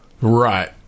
Right